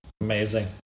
Amazing